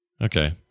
Okay